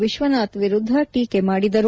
ವಿಶ್ವನಾಥ್ ವಿರುದ್ಧ ಟೀಕೆ ಮಾಡಿದರು